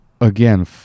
Again